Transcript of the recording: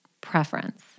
preference